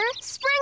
Spring